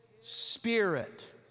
spirit